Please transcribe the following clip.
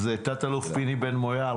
תת אלוף פיני בן מויאל,